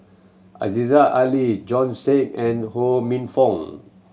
Aziza Ali Bjorn Shen and Ho Minfong